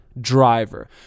driver